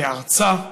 בארצה,